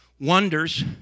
wonders